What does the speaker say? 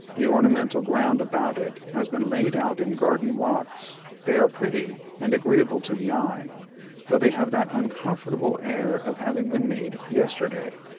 the ornamental ground about it has been laid out in garden walks they are pretty, and agreeable to the eye though they have that uncomfortable air of having been made yesterday,